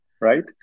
right